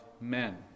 men